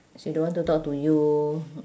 she don't want to talk to you